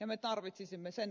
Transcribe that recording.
ja me tarvitsisimme sen rahan muutosturvaan